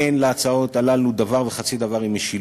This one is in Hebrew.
אין להצעות האלה דבר וחצי דבר עם משילות.